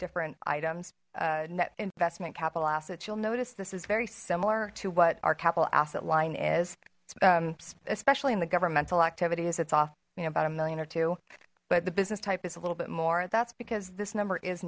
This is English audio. different items net investment capital assets you'll notice this is very similar to what our capital asset line is especially in the governmental activity is it's off you know about a million or two but the business type is a little bit more that's because this number is